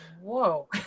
Whoa